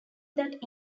that